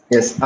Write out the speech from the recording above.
Yes